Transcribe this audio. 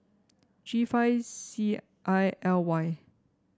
G five C I L Y